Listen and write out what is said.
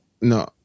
no